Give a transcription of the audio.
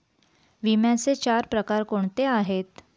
विम्याचे चार प्रकार कोणते आहेत?